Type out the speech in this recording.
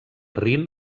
rin